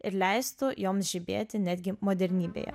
ir leistų joms žibėti netgi modernybėje